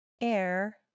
Air